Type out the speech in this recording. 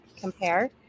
compare